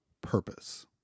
purpose